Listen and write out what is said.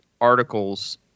articles